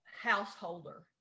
householder